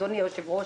אדוני היושב-ראש,